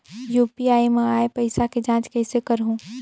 UPI मा आय पइसा के जांच कइसे करहूं?